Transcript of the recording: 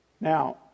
Now